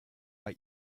bei